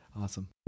Awesome